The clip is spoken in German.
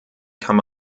kann